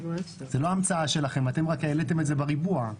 זו לא המצאה שלכם, אתם רק העליתם את זה בריבוע.